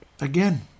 Again